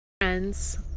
Friends